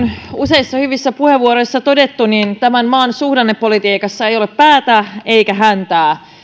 useissa hyvissä puheenvuoroissa todettu tämän maan suhdannepolitiikassa ei ole päätä eikä häntää